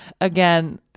again